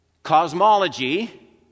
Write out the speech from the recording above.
cosmology